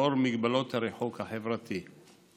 לאור מגבלות הריחוק החברתי.